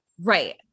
right